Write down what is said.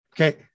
okay